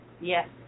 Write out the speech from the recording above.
Yes